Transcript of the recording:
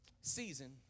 season